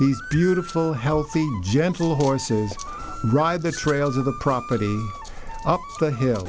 these beautiful healthy gentle horses ride the trails of the property up the hill